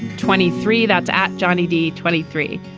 twenty three that's at johnny d. twenty three.